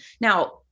Now